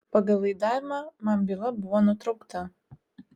pagal laidavimą man byla buvo nutraukta